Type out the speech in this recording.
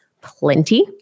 plenty